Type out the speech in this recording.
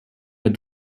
but